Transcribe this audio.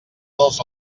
dels